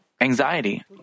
anxiety